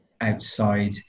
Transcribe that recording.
outside